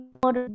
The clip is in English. more